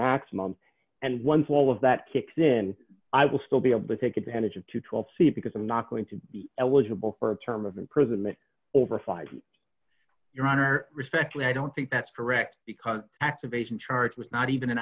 maximum and once all of that kicks in i will still be able to take advantage of to twelve feet because i'm not going to be eligible for a term of imprisonment over five your honor respectfully i don't think that's correct because activation charge was not even an